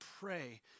pray